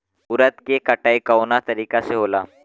उरद के कटाई कवना तरीका से होला?